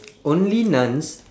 only nouns